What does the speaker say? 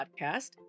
podcast